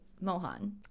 mohan